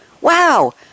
wow